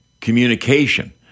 communication